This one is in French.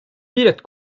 pilote